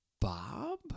Bob